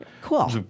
Cool